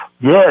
Yes